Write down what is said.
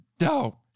No